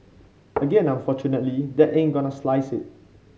again unfortunately that ain't gonna slice it